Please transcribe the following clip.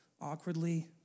awkwardly